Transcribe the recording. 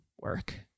work